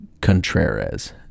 Contreras